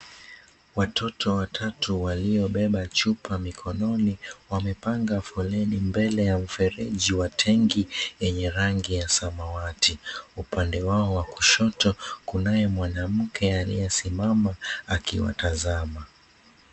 Watoto watatu waliobeba chupa mikononi wamepanga foleni mbele ya mfereji ya tenki yenye rangi ya samawati upande wao wa kushoto kunaye mwanamke aliye simama akiwa tazama.